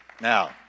now